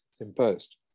imposed